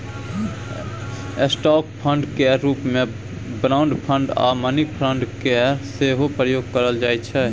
stock fund केर रूप मे बॉन्ड फंड आ मनी फंड केर सेहो प्रयोग करल जाइ छै